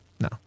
no